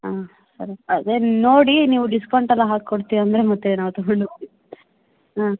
ಹಾಂ ಸರಿ ಅದೇ ನೋಡಿ ನೀವು ಡಿಸ್ಕೌಂಟೆಲ್ಲ ಹಾಕ್ಕೊಡ್ತಿವಂದರೆ ಮತ್ತೆ ನಾವು ತಗೊಂಡು ಹೋಗ್ತೀವಿ ಹಾಂ